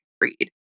read